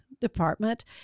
Department